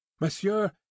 Monsieur